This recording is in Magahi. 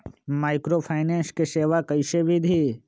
माइक्रोफाइनेंस के सेवा कइसे विधि?